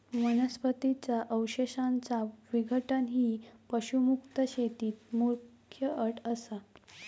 वनस्पतीं च्या अवशेषांचा विघटन ही पशुमुक्त शेतीत मुख्य अट असा